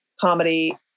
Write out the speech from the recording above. comedy